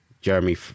Jeremy